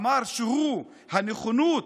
אמר שהנכונות